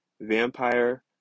Vampire